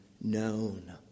known